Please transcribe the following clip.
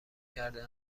کرده